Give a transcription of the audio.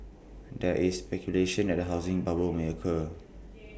there is speculation that A housing bubble may occur